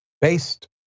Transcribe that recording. based